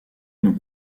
nous